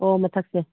ꯑꯣ ꯃꯊꯛꯁꯦ